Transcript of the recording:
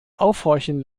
aufhorchen